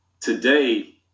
today